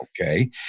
Okay